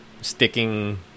sticking